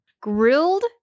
Grilled